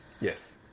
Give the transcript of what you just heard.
Yes